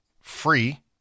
free